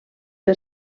per